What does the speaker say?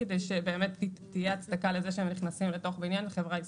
כדי שבאמת תהיה הצדקה לזה שהם נכנסים לתוך בניין - זו חברה עסקית.